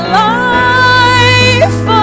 life